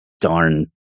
darn